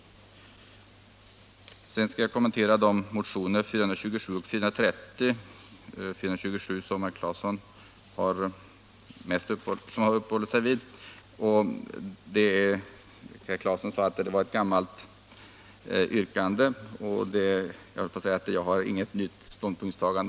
Därefter vill jag kommentera motionerna nr 427 och 430, med krav på att enskilt ägda hyreshus skall överföras till allmännyttig, kooperativ eller kommunal ägo. Motionerna 427 är den som herr Claeson mest uppehållit sig vid. Herr Claeson sade att detta var ett gammalt yrkande.